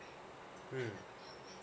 mm